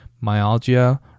myalgia